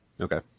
Okay